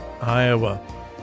Iowa